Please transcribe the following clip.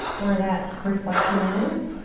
where that reflection is.